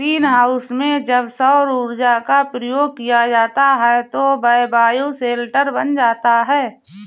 green house में जब सौर ऊर्जा का प्रयोग किया जाता है तो वह बायोशेल्टर बन जाता है